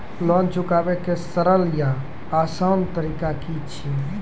Loan चुकाबै के सरल या आसान तरीका की अछि?